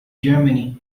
germany